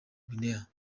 guinea